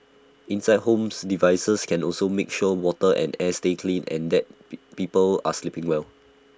inside homes devices can also make sure water and air stay clean and that be people are sleeping well